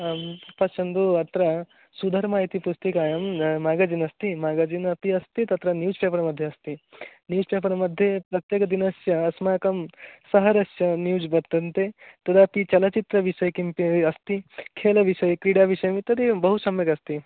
आम् पश्यन्तु अत्र सुधर्मा इति पुस्तिकायां म्यागजिन् अस्ति म्यागजिन् अपि अस्ति तत्र न्यूस् पेपर् मध्ये अस्ति न्यूस् पेपर् मध्ये प्रत्येकदिनस्य अस्माकं सहरस् न्यूज़् वर्तन्ते तदपि चलचित्रविषयकं अस्ति खेल विषये क्रीडा विषये तदेवं बहु सम्यगस्ति